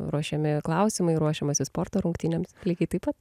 ruošiami klausimai ruošiamasi sporto rungtynėms lygiai taip pat